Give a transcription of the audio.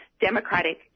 democratic